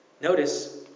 Notice